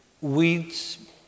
weeds